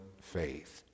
faith